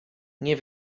nie